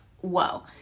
whoa